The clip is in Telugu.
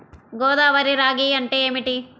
గోదావరి రాగి అంటే ఏమిటి?